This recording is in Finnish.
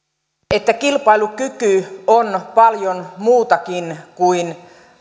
että kilpailukyky on paljon muutakin kuin